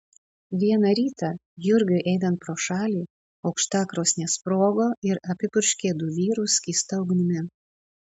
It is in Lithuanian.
vieną rytą jurgiui einant pro šalį aukštakrosnė sprogo ir apipurškė du vyrus skysta ugnimi